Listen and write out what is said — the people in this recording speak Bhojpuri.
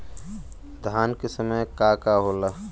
धान के समय का का होला?